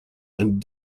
and